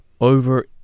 Over